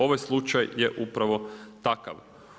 Ovaj slučaj je upravo takav.